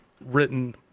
written